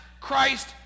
Christ